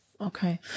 Okay